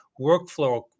workflow